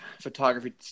photography